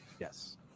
Yes